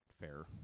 fair